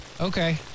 Okay